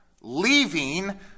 leaving